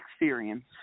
experience